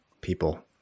people